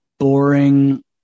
Boring